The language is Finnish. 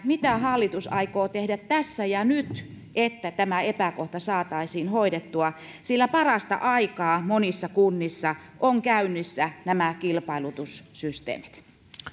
mitä hallitus aikoo tehdä tässä ja nyt että tämä epäkohta saataisiin hoidettua sillä parasta aikaa monissa kunnissa on käynnissä nämä kilpailutussysteemit